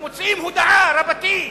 אז מוציאים הודעה רבתי: